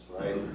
Right